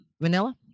Vanilla